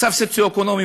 מצב סוציו-אקונומי,